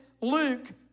Luke